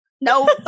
No